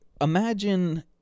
imagine